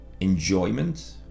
enjoyment